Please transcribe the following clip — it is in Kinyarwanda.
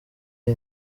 iyi